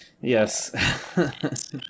Yes